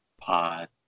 Pod